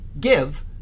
give